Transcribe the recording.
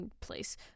place